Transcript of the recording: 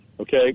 Okay